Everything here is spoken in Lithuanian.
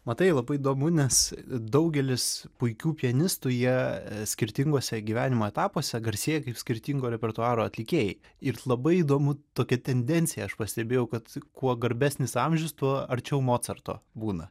matai labai įdomu nes daugelis puikių pianistų jie skirtinguose gyvenimo etapuose garsėja kaip skirtingo repertuaro atlikėjai ir labai įdomu tokia tendencija aš pastebėjau kad kuo garbesnis amžius tuo arčiau mocarto būna